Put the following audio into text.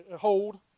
hold